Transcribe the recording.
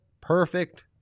perfect